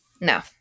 No